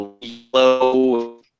yellow